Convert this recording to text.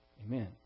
Amen